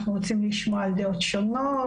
אנחנו רוצים לשמוע על דעות שונות,